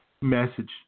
message